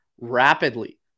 rapidly